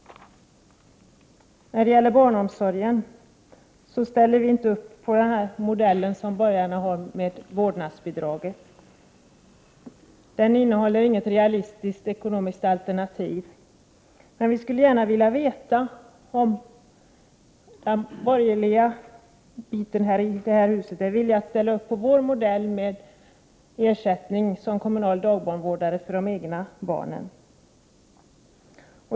När det gäller barnomsorgen ställer vi inte upp på den modell som borgarna förespråkar. Jag tänker då på vårdnadsbidraget. Det utgör inte något realistiskt ekonomiskt alternativ. Vi skulle gärna vilja veta om de borgerliga här i huset är villiga att ställa upp på vår modell — med samma ersättning som den som gäller för kommunal dagbarnvårdare som vårdar egna barn.